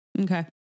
Okay